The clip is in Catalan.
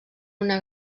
una